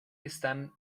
están